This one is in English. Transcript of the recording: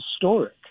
historic